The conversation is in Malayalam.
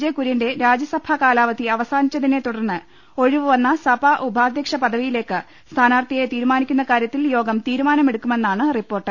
ജെ കുര്യന്റെ രാജ്യസഭാ കാലാവധി അവസാനിച്ചതിനെ തുടർന്ന് ഒഴിവുവന്ന സഭാഉപാധ്യക്ഷ പദ വി യി ലേക്ക് സ്ഥാനാർത്ഥിയെ തീരുമാനിക്കുന്ന കാര്യത്തിൽ യോഗം തീരുമാ നമെടുക്കുമെന്നാണ് റിപ്പോർട്ട്